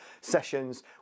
sessions